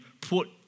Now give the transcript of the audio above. put